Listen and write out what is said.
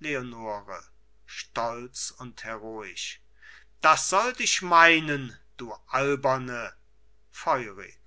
leonore stolz und heroisch das sollt ich meinen du alberne feurig